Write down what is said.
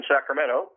Sacramento